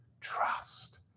Trust